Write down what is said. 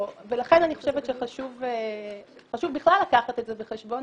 ולכן אני חושבת שחשוב בכלל לקחת את זה בחשבון,